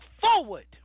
forward